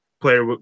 player